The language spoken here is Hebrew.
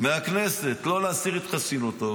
לא להסיר את חסינותו,